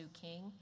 king